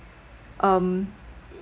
um